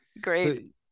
Great